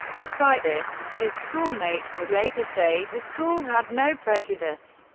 despite this, his schoolmates would later say the school had no prejudice.